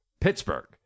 Pittsburgh